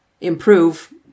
improve